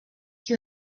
you